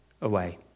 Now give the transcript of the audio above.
away